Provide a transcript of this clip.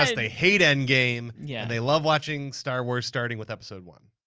um they hate endgame. yeah they love watching star wars starting with episode one.